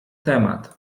temat